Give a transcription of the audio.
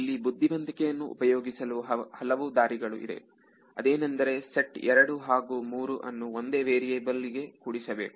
ಇಲ್ಲಿ ಬುದ್ಧಿವಂತಿಕೆಯನ್ನು ಉಪಯೋಗಿಸಲು ಹಲವು ದಾರಿಗಳು ಇದೆ ಅದೇನೆಂದರೆ ಸೆಟ್ 2 ಹಾಗೂ 3 ಅನ್ನು ಒಂದೇ ವೇರಿಯೇಬಲ್ ಲಿಗೆ ಕೊಡಿಸಬೇಕು